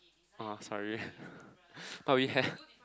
oh sorry but we have